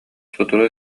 сотору